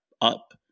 up